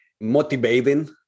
motivating